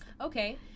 Okay